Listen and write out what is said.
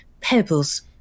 pebbles